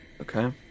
Okay